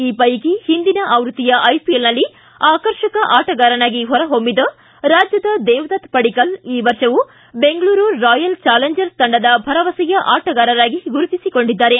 ಈ ವೈಕಿ ಹಿಂದಿನ ಆವೃತ್ತಿಯ ಐಪಿಎಲ್ನಲ್ಲಿ ಆಕರ್ಷಕ ಆಟಗಾರನಾಗಿ ಹೊರಹೊಮ್ಬಿದ ರಾಜ್ಯದ ದೇವದತ್ ಪಡಿಕ್ಕಲ್ ಈ ವರ್ಷವೂ ಬೆಂಗಳೂರು ರಾಯಲ್ ಚಾಲೆಂಜರ್ಸ್ ತಂಡದ ಭರವಸೆಯ ಆಟಗಾರರಾಗಿ ಗುರುತಿಸಿಕೊಂಡಿದ್ದಾರೆ